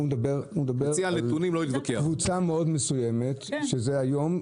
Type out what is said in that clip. הוא מדבר על קבוצה מסוימת היום.